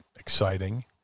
exciting